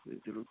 फिर चलो